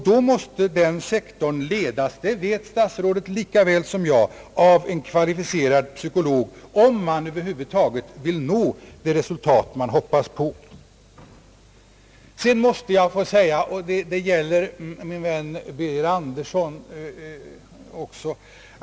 Då måste den sektorn ledas — det vet statsrådet lika väl som jag — av en kvalificerad psykolog för att det resultat man hoppas på, över huvud taget skall kunna uppnås.